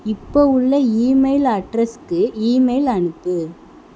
இப்போ உள்ள ஈமெயில் அட்ரஸுக்கு ஈமெயில் அனுப்பு